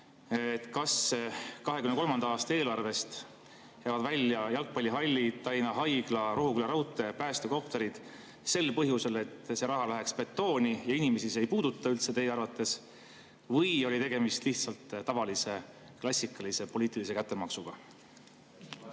Kas 2023. aasta eelarvest jäävad välja jalgpallihallid, Tallinna Haigla, Rohuküla raudtee ja päästekopterid sel põhjusel, et see raha läheks betooni ja inimesi see ei puuduta üldse teie arvates? Või oli tegemist lihtsalt tavalise klassikalise poliitilise kättemaksuga?